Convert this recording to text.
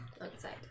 outside